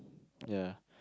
ya